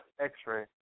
x-ray